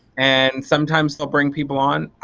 and sometimes they'll bring people on.